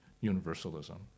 universalism